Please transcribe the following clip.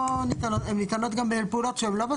לא ניתנות, הן ניתנות גם בפעולות שהן לא בסל?